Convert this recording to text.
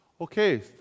Okay